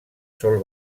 sol